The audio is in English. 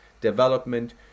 development